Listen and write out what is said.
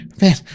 man